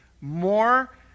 more